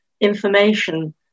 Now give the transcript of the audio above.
information